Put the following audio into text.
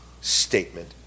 statement